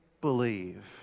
believe